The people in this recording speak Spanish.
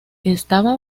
estaba